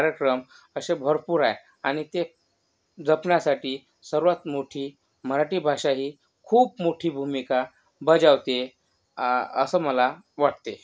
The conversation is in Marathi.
कार्यक्रम असे भरपूर आहे आणि ते जपण्यासाठी सर्वात मोठी मराठी भाषा ही खूप मोठी भूमिका बजावते असं मला वाटते